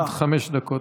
עד חמש דקות.